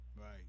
Right